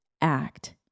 act